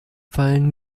fallen